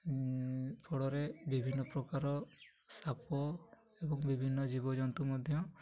ଫଳରେ ବିଭିନ୍ନ ପ୍ରକାର ସାପ ଏବଂ ବିଭିନ୍ନ ଜୀବଜନ୍ତୁ ମଧ୍ୟ